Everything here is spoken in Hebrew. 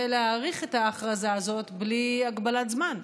ולהאריך את ההכרזה הזאת בלי הגבלת זמן.